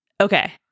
okay